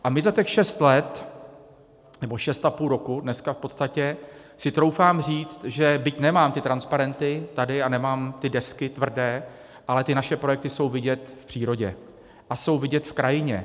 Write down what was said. A my za těch šest let nebo šest a půl roku dneska, v podstatě si troufám říct, že byť nemám ty transparenty tady a nemám ty tvrdé desky, ale naše projekty jsou vidět v přírodě a jsou vidět v krajině.